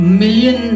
million